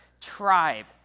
tribe